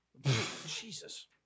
Jesus